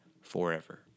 forever